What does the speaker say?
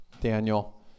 Daniel